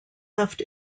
left